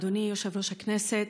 אדוני יושב-ראש הכנסת,